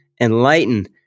enlighten